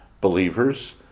believers